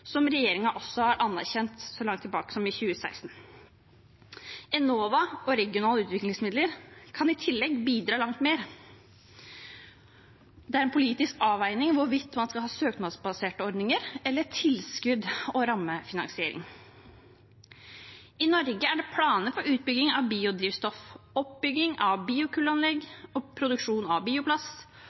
også har erkjent så langt tilbake som i 2016. Enova og regionale utviklingsmidler kan i tillegg bidra langt mer. Det er en politisk avveining hvorvidt man skal ha søknadsbaserte ordninger eller tilskudd og rammefinansiering. I Norge er det planer for utbygging av biodrivstoff. Oppbygging av biokullanlegg og produksjon av bioplast,